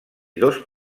dos